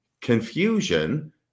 confusion